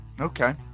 Okay